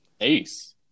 ace